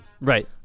Right